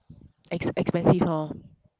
ex~ expensive lor